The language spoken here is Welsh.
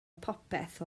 popeth